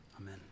amen